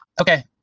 Okay